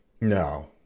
No